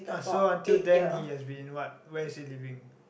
ah so until then he has been what where is he living